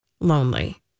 Lonely